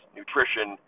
nutrition